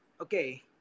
okay